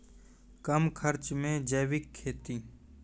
कम खर्च मे जैविक खेती?